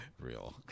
real